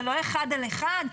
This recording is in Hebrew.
זה לא אחד על אחד,